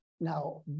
Now